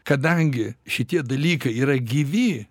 kadangi šitie dalykai yra gyvi